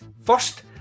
first